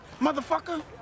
motherfucker